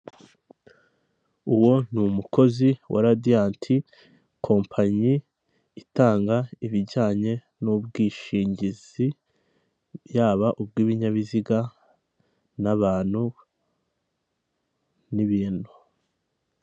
Uwo ni umukozi wa radiyanti, kompanyi itanga ibijyanye n'ubwishingizi, yaba ubw'ibinyabiziga n'abantu n'ibintu.